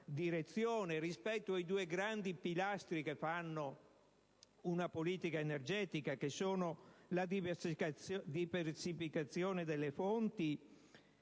direzione rispetto ai due grandi pilastri alla base di una politica energetica, e cioè la diversificazione delle fonti